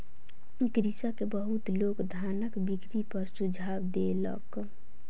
कृषक के बहुत लोक धानक बिक्री पर सुझाव देलक